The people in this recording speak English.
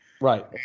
Right